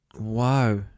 Wow